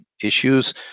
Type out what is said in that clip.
issues